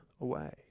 away